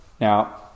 Now